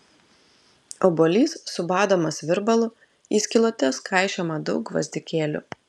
obuolys subadomas virbalu į skylutes kaišiojama daug gvazdikėlių